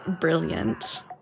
brilliant